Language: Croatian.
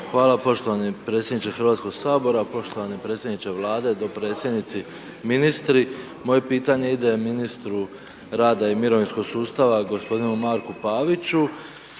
Hvala poštovani predsjedniče Hrvatskog sabora, poštovani predsjedniče Vlade, dopredsjednici, ministri, moje pitanje ide ministru rada i mirovinskog sustava gospodinu Marku Paviću.